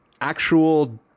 actual